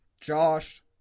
Josh